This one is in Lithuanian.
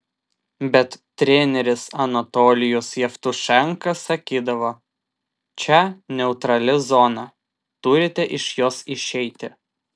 bet treneris anatolijus jevtušenka sakydavo čia neutrali zona turite iš jos išeiti